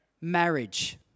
Marriage